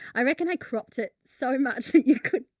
i reckon i cropped it so much that you could,